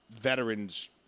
veterans